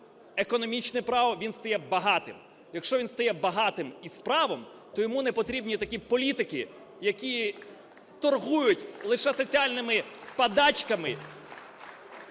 економічне право, він стає багатим. Якщо він стає багатим і з правом, то йому не потрібні такі політики, які торгують лише соціальними подачками